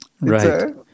Right